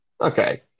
Okay